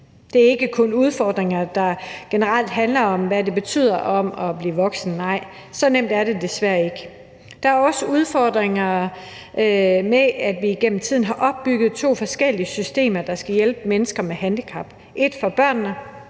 Det er ikke kun udfordringer, der generelt handler om, hvad det betyder at blive voksen. Nej, så nemt er det desværre ikke. Der er også udfordringer med, at vi gennem tiden har opbygget to forskellige systemer, der skal hjælpe mennesker med handicap: Et for børnene,